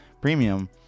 premium